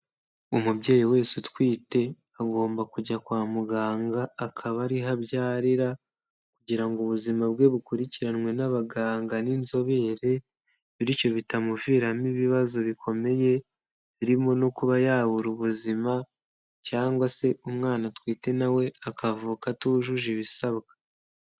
Umubyeyi wese utwite agomba kujya kwa muganga akaba ariho abyarira, kugira ngo ubuzima bwe bukurikiranwe n'abaganga n'inzobere, bityo bitamuviramo ibibazo bikomeye, birimo no kuba yabura ubuzima cyangwa se umwana atwite nawe we akavuka atujuje ibisabwa.